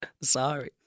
Sorry